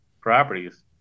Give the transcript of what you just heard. properties